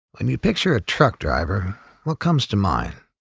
and you picture a truck driver what comes to mind?